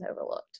overlooked